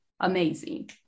Amazing